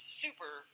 super